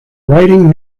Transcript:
writing